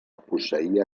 posseïa